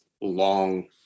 long